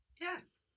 Yes